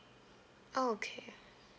oh okay uh